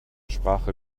sprache